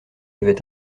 avaient